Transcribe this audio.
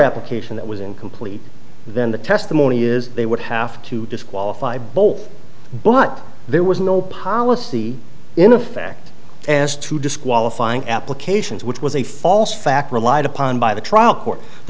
application that was incomplete then the testimony is they would have to disqualify both but there was no policy in the fact to disqualifying applications which was a false fact relied upon by the trial court the